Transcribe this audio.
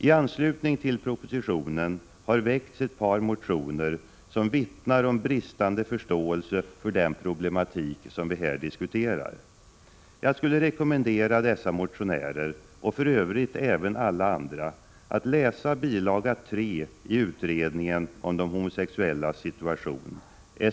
IT anslutning till propositionen har väckts ett par motioner som vittnar om bristande förståelse för den problematik som vi diskuterar. Jag skulle rekommendera dessa motionärer — och för övrigt även alla andra — att läsa bilaga 3 i utredningen om de homosexuellas situation .